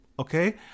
Okay